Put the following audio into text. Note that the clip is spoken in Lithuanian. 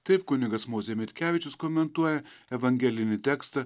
taip kunigas mozė mitkevičius komentuoja evangelinį tekstą